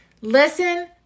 listen